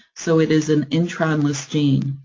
so it is an intron-less gene.